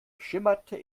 schimmerte